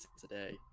today